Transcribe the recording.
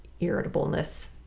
irritableness